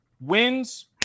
wins